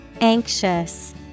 Anxious